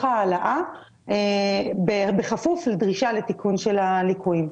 ההעלאה בכפוף לדרישה לתיקון של הליקויים.